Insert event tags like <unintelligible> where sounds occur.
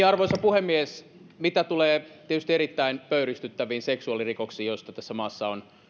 <unintelligible> arvoisa puhemies mitä tulee tietysti erittäin pöyristyttäviin seksuaalirikoksiin joista tässä maassa on